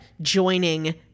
joining